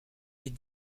des